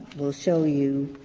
will show you you